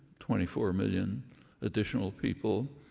twenty four million additional people